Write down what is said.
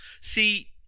See